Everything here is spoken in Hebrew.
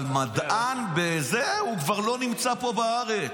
אבל מדען, הוא כבר לא נמצא פה בארץ.